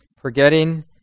forgetting